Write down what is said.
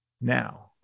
now